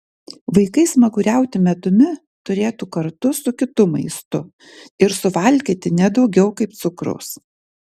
vaikai smaguriauti medumi turėtų kartu su kitu maistu ir suvalgyti ne daugiau kaip cukraus